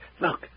Look